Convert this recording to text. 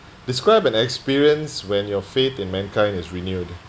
describe an experience when your faith in mankind is renewed